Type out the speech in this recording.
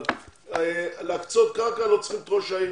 אבל להקצות קרקע לא צריך את ראש העיר.